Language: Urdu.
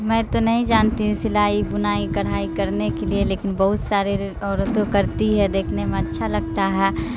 میں تو نہیں جانتی سلائی بنائی کڑھائی کرنے کے لیے لیکن بہت سارے عورتیں کرتی ہے دیکھنے میں اچھا لگتا ہے